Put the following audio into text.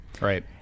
Right